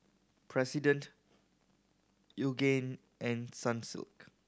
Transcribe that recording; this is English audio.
President Yoogane and Sunsilk